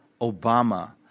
Obama